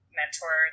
mentor